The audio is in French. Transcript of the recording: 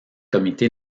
comité